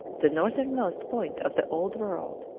the northernmost point of the old world.